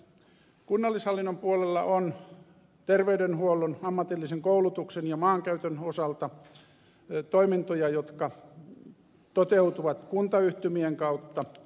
kunnallishallinnon puolella on terveydenhuollon ammatillisen koulutuksen ja maankäytön osalta toimintoja jotka toteutuvat kuntayhtymien kautta